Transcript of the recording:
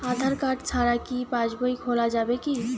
আধার card ছাড়া কি পাসবই খোলা যাবে কি?